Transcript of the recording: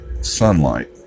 sunlight